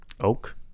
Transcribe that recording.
Oak